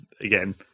again